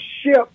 ship